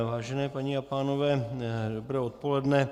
Vážené paní a pánové, dobré odpoledne.